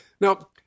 Now